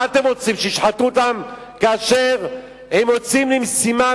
מה אתם רוצים, שישחטו אותם כאשר הם יוצאים למשימה?